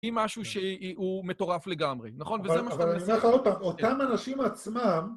היא משהו שהוא מטורף לגמרי, נכון? וזה מה שאני מסכים. אבל אני אומר לך עוד פעם, אותם אנשים עצמם...